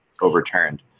overturned